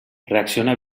reacciona